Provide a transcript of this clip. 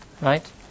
right